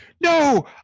no